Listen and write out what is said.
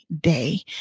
day